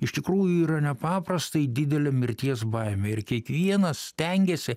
iš tikrųjų yra nepaprastai didelė mirties baimė ir kiekvienas stengiasi